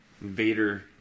Vader